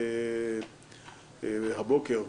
הבוקר,